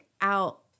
out